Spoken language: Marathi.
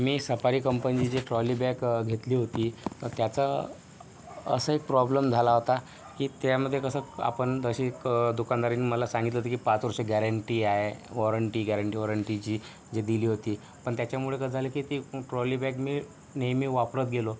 मी सफारी कंपनीची ट्रॉली बॅक घेतली होती त्याचा असा एक प्रॉब्लम झाला होता की त्यामध्ये कसं आपण तशी क दुकानदाराने मला सांगितलं होतं की पाच वर्ष गॅरंटी आहे वॉरंटी गॅरंटी वॉरंटी जी जी दिली होती पण त्याच्यामुळं कसं झालं की ती ट्रॉली बॅग मी नेहमी वापरत गेलो